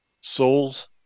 souls